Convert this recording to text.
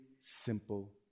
simple